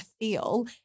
feel